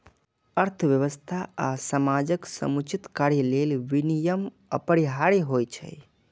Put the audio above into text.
अर्थव्यवस्था आ समाजक समुचित कार्य लेल विनियम अपरिहार्य होइ छै